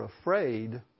afraid